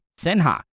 Sinha